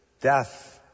death